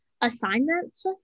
assignments